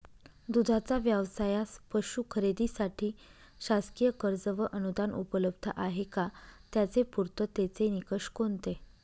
दूधाचा व्यवसायास पशू खरेदीसाठी शासकीय कर्ज व अनुदान उपलब्ध आहे का? त्याचे पूर्ततेचे निकष कोणते?